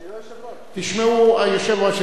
תשמעו, ליושב-ראש יש ניסיון.